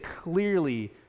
clearly